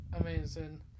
amazing